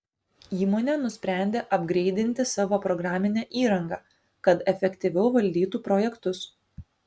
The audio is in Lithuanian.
įmonė nusprendė apgreidinti savo programinę įrangą kad efektyviau valdytų projektus